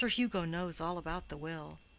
sir hugo knows all about the will.